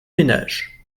ménages